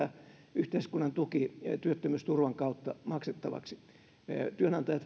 yhteiskunnan tuki työttömyysturvan kautta maksettavaksi työnantajat